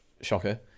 shocker